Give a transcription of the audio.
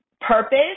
purpose